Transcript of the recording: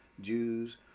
Jews